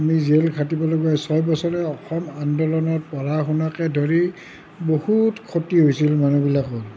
আমি জেইল খাটিবলগীয়া ছয় বছৰীয়া অসম আন্দোলনে পঢ়া শুনাকে ধৰি বহুত ক্ষতি হৈছিল মানুহবিলাকৰ